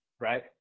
right